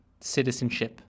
citizenship